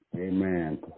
Amen